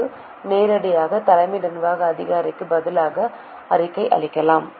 க்கு நேரடியாக தலைமை நிர்வாக அதிகாரிக்கு பதிலாக அறிக்கை அளிக்கலாம்